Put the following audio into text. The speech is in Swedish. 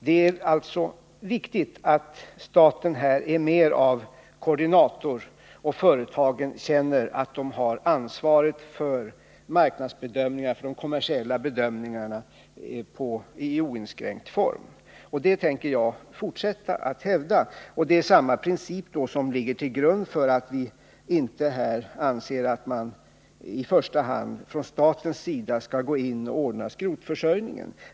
Det är viktigt att staten här är mer av koordinator och att företagen känner att de har oinskränkt ansvar för de kommersiella bedömningarna. Det tänker jag fortsätta att hävda. Det är samma princip som ligger till grund för att vi inte anser att staten i första hand skall gå in och ordna skrotförsörjningen.